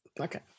okay